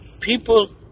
people